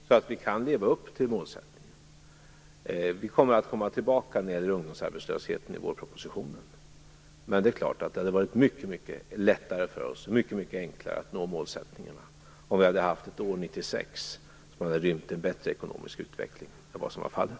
Fru talman! Vi kommer att komma tillbaka när det gäller ungdomsarbetslösheten i vårpropositionen. Men det är klart att det hade varit mycket enklare för oss att nå våra målsättningar om det hade varit en bättre ekonomisk utveckling under 1996 än vad som var fallet.